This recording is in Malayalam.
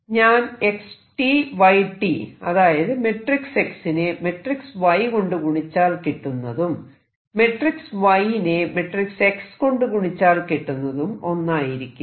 ഞാൻ x y അതായത് മെട്രിക്സ് X നെ മെട്രിക്സ് Y കൊണ്ട് ഗുണിച്ചാൽ കിട്ടുന്നതും മെട്രിക്സ് Y നെ മെട്രിക്സ് X കൊണ്ട് ഗുണിച്ചാൽ കിട്ടുന്നതും ഒന്നായിരിക്കില്ല